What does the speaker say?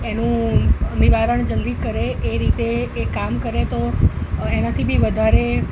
એનું નિવારણ જલ્દી કરે એ રીતે એ કામ કરે તો એનાથી બી વધારે